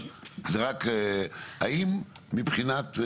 האם מבחינת,